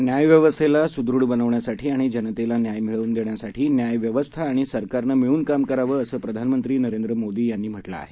न्यायव्यवस्थेलासुदृढबनवण्यासाठीआणिजनतेलान्यायमिळवूनदेण्यासाठीन्यायव्यवस्थाआणिसरकारनंमिळूनका असंप्रधानमंत्रीनरेंद्रमोदीयांनीम्हटलंआहे